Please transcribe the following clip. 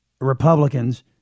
Republicans